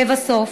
לבסוף,